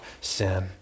sin